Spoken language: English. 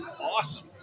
awesome